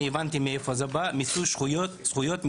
רק מרכז הארגונים מתקצב מיצוי זכויות.